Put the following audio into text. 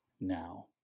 now